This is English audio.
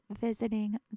visiting